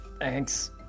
Thanks